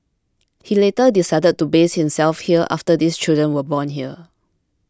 he later decided to base himself here after his children were born here